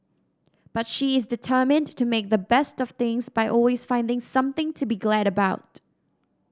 but she is determined to make the best of things by always finding something to be glad about